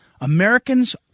Americans